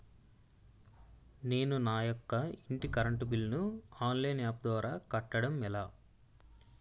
నేను నా యెక్క ఇంటి కరెంట్ బిల్ ను ఆన్లైన్ యాప్ ద్వారా కట్టడం ఎలా?